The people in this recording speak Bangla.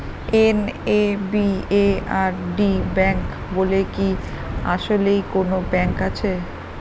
এন.এ.বি.এ.আর.ডি ব্যাংক বলে কি আসলেই কোনো ব্যাংক আছে?